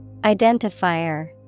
Identifier